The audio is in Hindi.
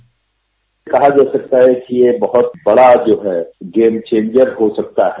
बाइट कहा जा सकता है कि यह बहत बड़ा जो है गेम चेन्जर हो सकता है